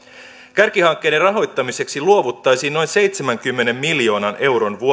kärkihankkeiden rahoittamiseksi luovuttaisiin noin seitsemänkymmenen miljoonan euron